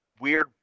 weird